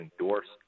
endorsed